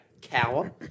cower